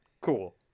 cool